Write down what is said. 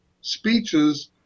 speeches